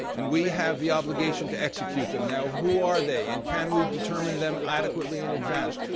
and we have the obligation to execute them. now, who are they? and can we determine them adequately in advance?